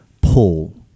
Paul